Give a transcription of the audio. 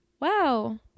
wow